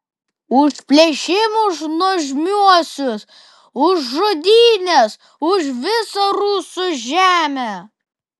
už plėšimus nuožmiuosius už žudynes už visą rusų žemę